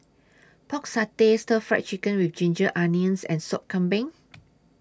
Pork Satay Stir Fry Chicken with Ginger Onions and Sop Kambing